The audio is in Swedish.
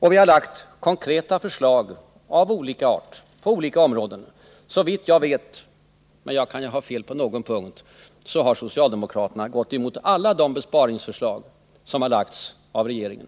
Vi har lagt fram konkreta förslag av olika art på olika områden. Såvitt jag vet — men jag kan ju ha fel på någon punkt — har socialdemokraterna gått emot alla de besparingsförslag som har lagts fram av regeringen.